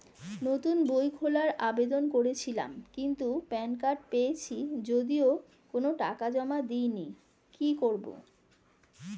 নতুন বই খোলার আবেদন করেছিলাম কিন্তু প্যান কার্ড পেয়েছি যদিও কোনো টাকা জমা দিইনি কি করব?